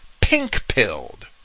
pink-pilled